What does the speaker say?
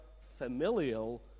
familial